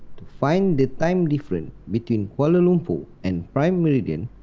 to find the time difference between kuala lumper and prime meridian,